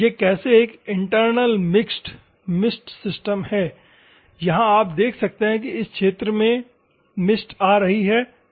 यह कैसे एक इंटरनल मिक्स्ड मिस्ट सिस्टम है यहां आप देख सकते हैं कि इस क्षेत्र में धुंध आ रही है ठीक है